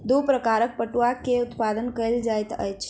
दू प्रकारक पटुआ के उत्पादन कयल जाइत अछि